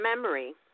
memory